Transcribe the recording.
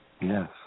yes